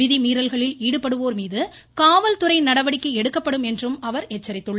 விதிமீறல்களில் ஈடுபடுவோர் மீது காவல்துறை நடவடிக்கை எடுக்கப்படும் என்று அவர் எச்சரித்துள்ளார்